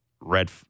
Red